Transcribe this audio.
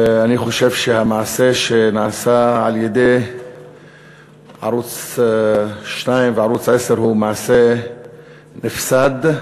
אני חושב שהמעשה שנעשה על-ידי ערוץ 2 וערוץ 10 הוא מעשה נפסד,